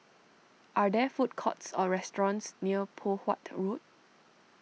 are there food courts or restaurants near Poh Huat Road